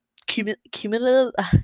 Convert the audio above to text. Cumulative